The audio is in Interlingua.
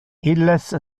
illes